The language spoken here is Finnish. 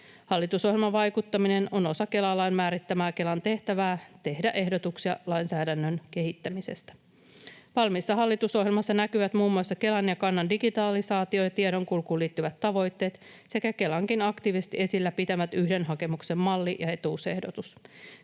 Hallitusohjelmavaikuttaminen on osa Kela-lain määrittämää Kelan tehtävää tehdä ehdotuksia lainsäädännön kehittämisestä. Valmiissa hallitusohjelmassa näkyvät muun muassa Kelan ja Kannan digitalisaatio ja tiedonkulkuun liittyvät tavoitteet sekä Kelankin aktiivisesti esillä pitämät yhden hakemuksen malli ja etuusehdotus.